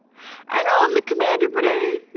i know i'm the commander, but i